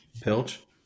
Pilch